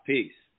Peace